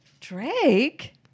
Drake